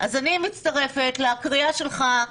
אז אני מצטרפת לקריאה שלך,